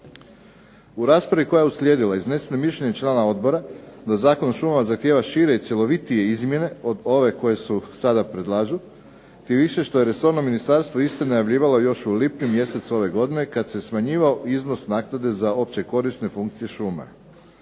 U raspravi koja je uslijedila izneseno je mišljenje člana odbora da Zakon o šumama zahtijeva šire i cjelovitije izmjene od ove koje se sada predlažu tim više što je resorno ministarstvo isto najavljivalo još u lipnju mjesecu ove godine kad se smanjivao iznos naknade za opće korisne funkcije šuma.